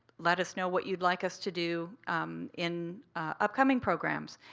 let us know what you'd like us to do in upcoming programs.